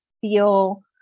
feel